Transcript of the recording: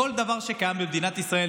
כל דבר שקיים במדינת ישראל,